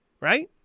Right